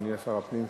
אדוני שר הפנים,